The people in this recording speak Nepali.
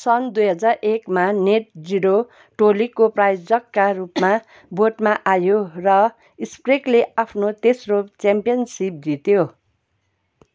सन् दुई हजार एकमा नेट जिरो टोलीको प्रायोजकका रूपमा बोर्डमा आयो र स्प्रेगले आफ्नो तेस्रो च्याम्पियनसिप जित्यो